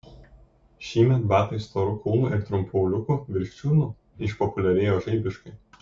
šįmet batai storu kulnu ir trumpu auliuku virš čiurnų išpopuliarėjo žaibiškai